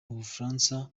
bufaransa